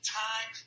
time